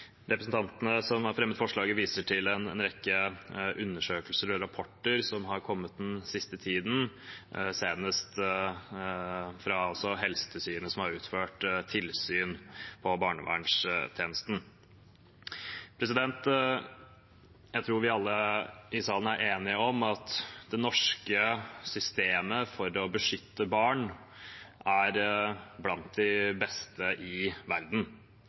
Representantene som har fremmet forslaget, viser til en rekke undersøkelser og rapporter som har kommet den siste tiden, senest fra Helsetilsynet, som har utført tilsyn med barnevernstjenesten. Jeg tror vi alle i salen er enige om at det norske systemet for å beskytte barn er blant de beste i verden.